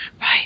Right